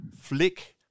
flick